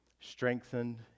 Strengthened